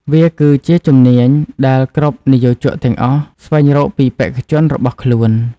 វាគឺជាជំនាញដែលគ្រប់និយោជកទាំងអស់ស្វែងរកពីបេក្ខជនរបស់ខ្លួន។